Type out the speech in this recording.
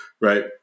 Right